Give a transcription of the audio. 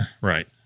Right